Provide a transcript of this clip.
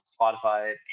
Spotify